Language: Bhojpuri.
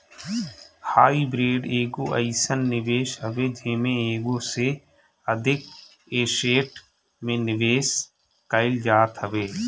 हाईब्रिड एगो अइसन निवेश हवे जेमे एगो से अधिक एसेट में निवेश कईल जात हवे